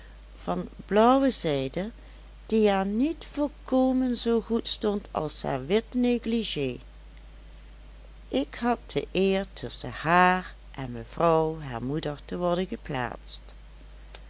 van blauwe zijde die haar niet volkomen zoo goed stond als haar wit négligé ik had de eer tusschen haar en mevrouw haar moeder te worden geplaatst